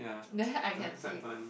there I can see